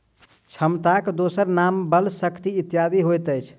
क्षमताक दोसर नाम बल, शक्ति इत्यादि होइत अछि